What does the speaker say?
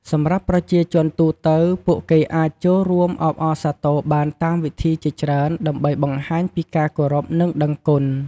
សម្រាប់ប្រជាជនទូទៅ ពួកគេអាចចូលរួមអបអរសាទរបានតាមវិធីជាច្រើនដើម្បីបង្ហាញពីការគោរព និងដឹងគុណ។